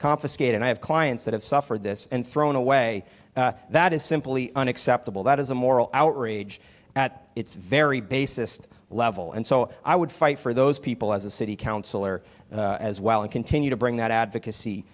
confiscated i have clients that have suffered this and thrown away that is simply unacceptable that is a moral outrage at its very basis level and so i would fight for those people as a city councillor as well and continue to bring that advocacy